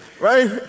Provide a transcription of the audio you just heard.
Right